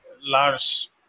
Lars